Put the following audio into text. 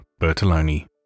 Bertoloni